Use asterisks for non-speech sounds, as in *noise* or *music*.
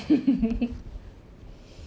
*noise*